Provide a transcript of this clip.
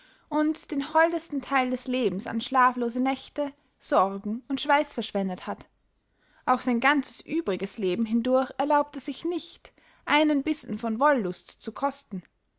und den holdesten theil des lebens an schlaflose nächte sorgen und schweiß verschwendet hat auch sein ganzes übriges leben hindurch erlaubt er sich nicht einen bissen von wollust zu kosten